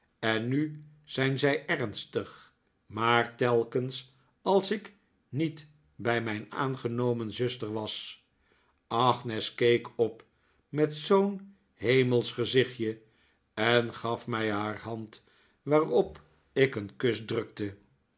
en nu zijn zij ernstig maar telkens als ik niet bij mijn aangenomen zuster was agnes keek op met zoo'n hemelsch gezichtje en gaf mij haar hand waarop ik een kus drukte